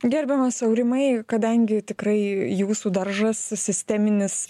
gerbiamas aurimai kadangi tikrai jūsų daržas sisteminis